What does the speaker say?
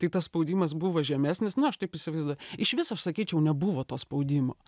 tai tas spaudimas buvo žemesnis na aš taip įsivaizduoju išvis aš sakyčiau nebuvo to spaudimo